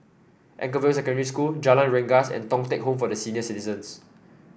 Anchorvale Secondary School Jalan Rengas and Thong Teck Home for Senior Citizens